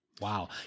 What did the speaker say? Wow